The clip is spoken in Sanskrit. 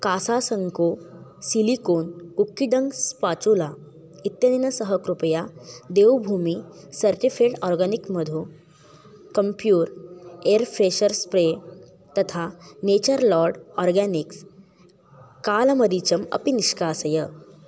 कासासुङ्को सिलिकोन् कुक्किडङ्ग्स् स्पाचूला इत्यनेन सह कृपया देवभूमिः सर्टिफ़ील्ड् आर्गानिक् मधु कम्प्यूर् एर् फ़्रेशर् स्प्रे तथा नेचर्लार्ड् आर्गानिक्स् कालमरीचम् अपि निष्कासय